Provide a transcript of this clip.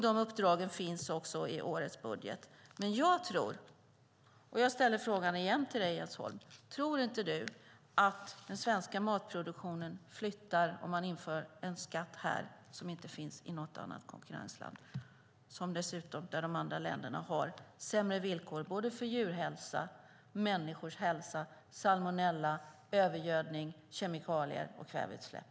De uppdragen finns i årets budget. Jag ställer åter frågan till Jens Holm: Tror du inte att den svenska matproduktionen flyttar, om man inför en skatt här som inte finns i något konkurrentland, och flyttar till länder som dessutom har sämre villkor för djurhälsa och människors hälsa och sämre förhållanden vad gäller salmonella, övergödning, kemikalier och kväveutsläpp?